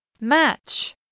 Match